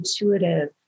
intuitive